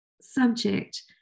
subject